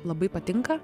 labai patinka